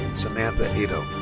samantha edel.